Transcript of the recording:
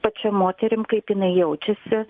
pačia moterim kaip jinai jaučiasi